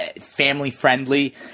family-friendly